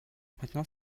maintenant